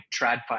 TradFi